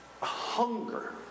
hunger